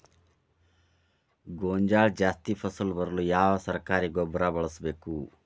ಗೋಂಜಾಳ ಜಾಸ್ತಿ ಫಸಲು ಬರಲು ಯಾವ ಸರಕಾರಿ ಗೊಬ್ಬರ ಬಳಸಬೇಕು?